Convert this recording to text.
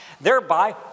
Thereby